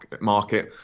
market